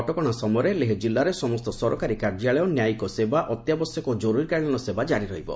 କଟକଣା ସମୟରେ ଲେହ ଜିଲ୍ଲାରେ ସମସ୍ତ ସରକାରୀ କାର୍ଯ୍ୟାଳୟ ନ୍ୟାୟିକ ସେବା ଅତ୍ୟାବଶ୍ୟକ ଓ କର୍ରରୀକାଳୀନ ସେବା କ୍ରାରି ରହିବ